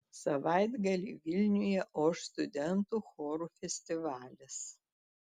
savaitgalį vilniuje oš studentų chorų festivalis